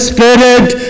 Spirit